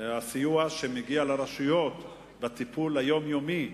הסיוע שמגיע לרשויות בטיפול היומיומי,